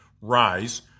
Rise